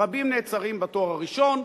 רבים נעצרים בתואר הראשון,